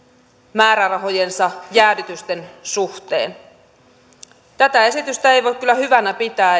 määrärahojensa jäädytysten suhteen tätä esitystä ei voi kyllä hyvänä pitää